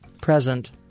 Present